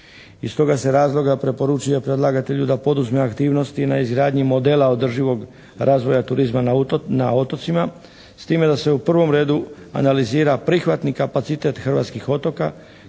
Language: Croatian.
Iz toga se razloga preporučuje predlagatelju da poduzme aktivnosti na izgradnji modela održivog razvoja turizma na otocima s time da se u prvom redu analizira prihvatni kapacitet hrvatskih otoka